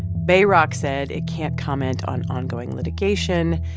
bayrock said it can't comment on ongoing litigation.